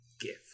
gift